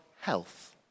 health